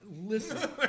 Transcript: Listen